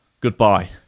goodbye